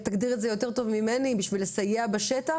אתה תגדיר את זה יותר טוב ממני, בשביל לסייע בשטח?